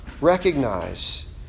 recognize